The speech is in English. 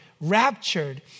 raptured